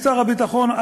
משרד הביטחון,